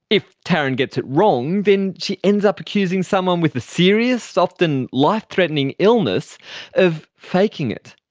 if taryn gets it wrong then she ends up accusing someone with a serious, often life-threatening illness of faking it.